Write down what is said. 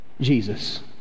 Jesus